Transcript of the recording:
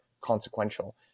consequential